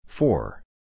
Four